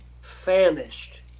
famished